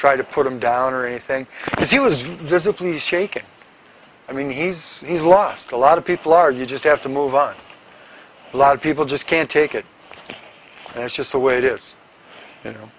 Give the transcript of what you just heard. try to put him down or anything he was visibly shaken i mean he's he's lost a lot of people are you just have to move on a lot of people just can't take it and it's just the way it is you know